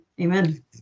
Amen